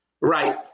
Right